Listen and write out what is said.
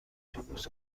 اتوبوس